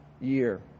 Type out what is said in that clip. year